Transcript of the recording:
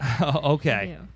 Okay